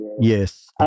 Yes